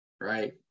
right